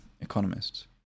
economists